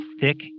thick